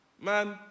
man